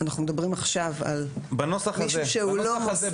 מדברים עכשיו על מישהו שהוא לא --- בנוסח הזה,